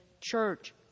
church